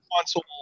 console